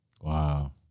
Wow